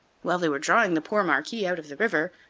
while they were drawing the poor marquis out of the river,